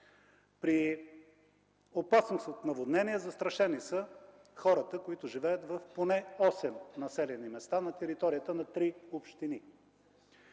При опасност от наводнения са застрашени хората, които живеят в поне осем населени места на територията на поне